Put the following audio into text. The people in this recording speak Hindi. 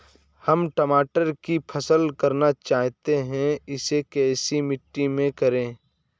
हम टमाटर की फसल करना चाहते हैं इसे कैसी मिट्टी में करें?